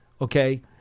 Okay